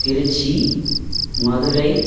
Trichy Madurai